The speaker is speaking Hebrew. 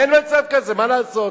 אין מצב כזה, מה לעשות?